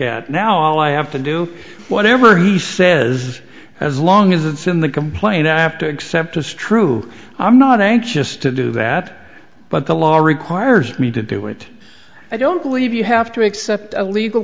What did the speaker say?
at now all i have to do whatever he says as long as it's in the complaint i have to accept to strew i'm not anxious to do that but the law requires me to do it i don't believe you have to accept a legal